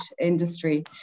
industry